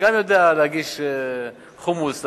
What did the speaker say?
שגם יודע להגיש חומוס לאורחים.